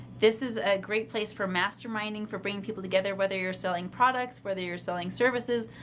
this is a great place for masterminding for bringing people together, whether you're selling products, whether you're selling services,